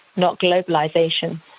not globalization.